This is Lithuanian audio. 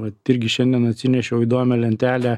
vat irgi šiandien atsinešiau įdomią lentelę